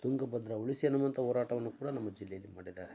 ತುಂಗಭದ್ರಾ ಉಳಿಸಿ ಅನ್ನುವಂಥ ಹೋರಾಟವನ್ನು ಕೂಡ ನಮ್ಮ ಜಿಲ್ಲೆಯಲ್ಲಿ ಮಾಡಿದ್ದಾರೆ